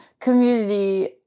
community